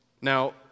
Now